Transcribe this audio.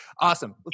Awesome